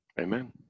Amen